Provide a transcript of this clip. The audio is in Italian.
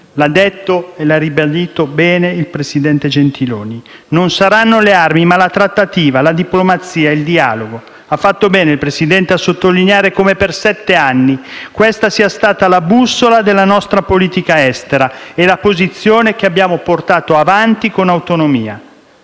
L'ha detto e l'ha ribadito bene il presidente Gentiloni Silveri. Non saranno le armi, ma la trattativa, la diplomazia e il dialogo. Ha fatto bene il Presidente a sottolineare come, per sette anni, questa sia stata la bussola della nostra politica estera e la posizione che abbiamo portato avanti con autonomia,